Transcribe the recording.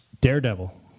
Daredevil